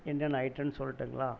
என்னென்ன ஐட்டன்னு சொல்லட்டுங்களா